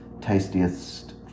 tastiest